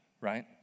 right